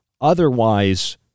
otherwise